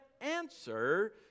answer